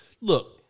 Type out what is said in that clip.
look